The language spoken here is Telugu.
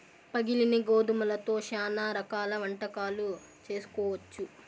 పగిలిన గోధుమలతో శ్యానా రకాల వంటకాలు చేసుకోవచ్చు